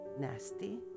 nasty